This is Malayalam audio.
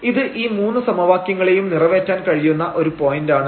ഇത് ഈ മൂന്നു സമവാക്യങ്ങളെയുംനിറവേറ്റാൻ കഴിയുന്ന ഒരു പോയന്റാണ്